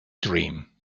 dream